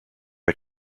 are